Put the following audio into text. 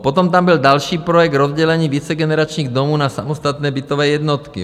Potom tam byl další projekt, rozdělení vícegeneračních domů na samostatné bytové jednotky.